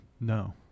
no